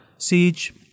siege